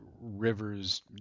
rivers